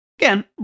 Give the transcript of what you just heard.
Again